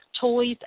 toys